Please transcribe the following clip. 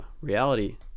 reality